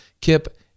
Kip